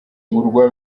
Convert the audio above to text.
urwa